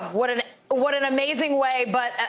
what an what an amazing way, but